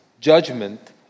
judgment